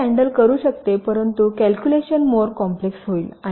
तर हे हँडल करू शकतेपरंतु कॅल्क्युलेशन मोर कॉम्प्लेक्स होईल